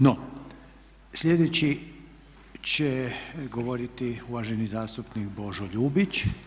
No, sljedeći će govoriti uvaženi zastupnik Božo Ljubić.